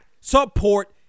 support